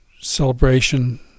celebration